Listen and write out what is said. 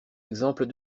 exemples